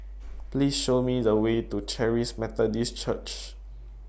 Please Show Me The Way to Charis Methodist Church